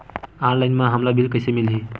Online म हमला bill कइसे मिलही?